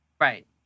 right